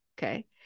okay